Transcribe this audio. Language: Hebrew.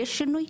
יש שינוי?